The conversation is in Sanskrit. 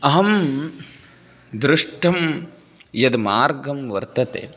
अहं दृष्टं यद् मार्गं वर्तते